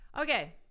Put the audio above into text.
Okay